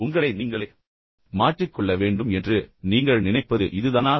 உங்களை நீங்களே மாற்றிக் கொள்ள வேண்டும் என்று நீங்கள் நினைப்பது இதுதானா